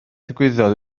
ddigwyddodd